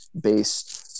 based